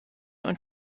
und